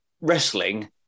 wrestling